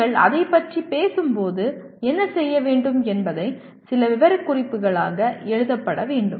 நீங்கள் அதைப் பற்றி பேசும்போது என்ன செய்ய வேண்டும் என்பதை சில விவரக்குறிப்புகளாக எழுதப்படவேண்டும்